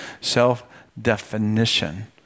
self-definition